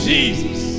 Jesus